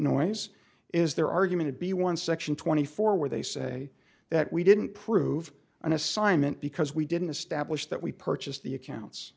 noise is their argument to be one section twenty four where they say that we didn't prove an assignment because we didn't establish that we purchased the accounts